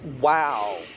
Wow